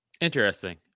Interesting